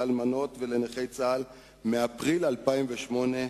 לאלמנות ולנכי צה"ל מאפריל 2008,